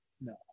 No